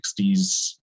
60s